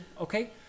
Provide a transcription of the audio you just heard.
okay